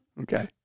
Okay